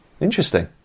interesting